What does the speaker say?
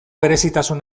berezitasun